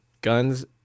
guns